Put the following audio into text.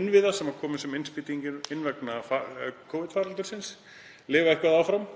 innviða, sem kom sem innspýting vegna Covid-faraldursins, lifir eitthvað áfram